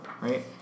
right